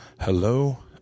Hello